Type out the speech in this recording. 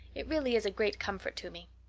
it really is a great comfort to me.